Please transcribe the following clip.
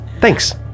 thanks